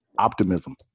Optimism